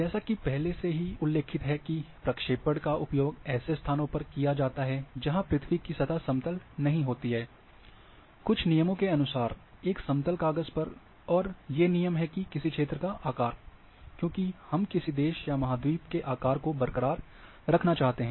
जैसा कि पहले से उल्लेखित है कि प्रक्षेपण का उपयोग ऐसे स्थानों पर किया जाता है जहाँ पृथ्वी की सतह समतल नहीं होती है कुछ नियमों के अनुसार एक समतल काग़ज़ पर और ये नियम हैं किसी क्षेत्र का आकार क्योंकि हम किसी देश या महाद्वीप के आकार को बरकरार रखना चाहते हैं